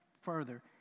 further